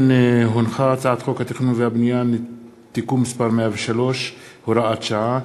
הצעת חוק התכנון והבנייה (תיקון מס' 103) (הוראת שעה),